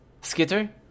Skitter